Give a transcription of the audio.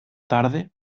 tarde